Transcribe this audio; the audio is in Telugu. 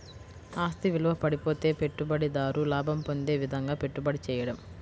ఆస్తి విలువ పడిపోతే పెట్టుబడిదారు లాభం పొందే విధంగాపెట్టుబడి చేయడం